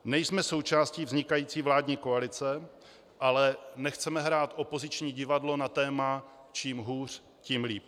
Nejsme součástí vznikající vládní koalice, ale nechceme hrát opoziční divadlo na téma čím hůř, tím líp.